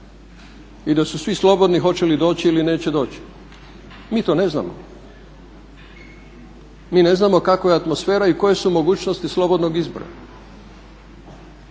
i da su svi slobodni hoće li doći ili neće doći mi to ne znamo. Mi ne znamo kakva je atmosfera i koje su mogućnosti slobodnog izbora.